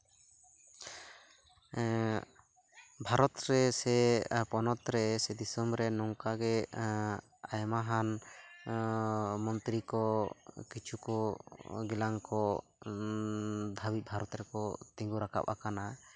ᱵᱷᱟᱨᱚᱛ ᱨᱮ ᱥᱮ ᱯᱚᱱᱚᱛ ᱨᱮ ᱥᱮ ᱫᱤᱥᱚᱢ ᱨᱮ ᱱᱚᱝᱠᱟ ᱜᱮ ᱟᱭᱢᱟ ᱜᱟᱱ ᱢᱚᱱᱛᱨᱤ ᱠᱚ ᱠᱤᱪᱷᱩ ᱠᱚ ᱜᱮᱞᱟᱝ ᱠᱚ ᱵᱷᱟᱹᱜᱤ ᱵᱷᱟᱨᱚᱛ ᱨᱮᱠᱚ ᱛᱤᱸᱜᱩ ᱨᱟᱠᱟᱵ ᱟᱠᱟᱱᱟ